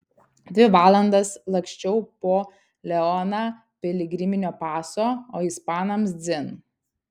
dvi valandas laksčiau po leoną piligriminio paso o ispanams dzin